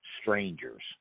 strangers